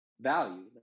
value